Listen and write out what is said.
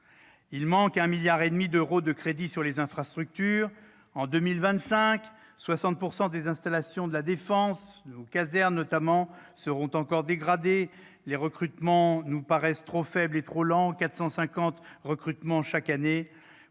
Il manque 1,5 milliard d'euros de crédits d'infrastructures. En 2025, 60 % des installations de la défense, nos casernes notamment, seront « dégradées ». De même, les recrutements nous paraissent trop faibles et trop lents : 450 recrutements chaque année